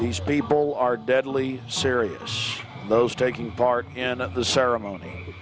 these people are deadly serious those taking part in a ceremony